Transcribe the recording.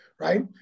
right